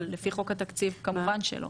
אבל לפי חוק התקציב כמובן שלא.